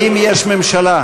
האם יש ממשלה?